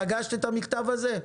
פגשת את המכתב הזה?